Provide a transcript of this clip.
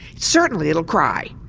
certainly it'll cry.